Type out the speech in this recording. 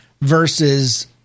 versus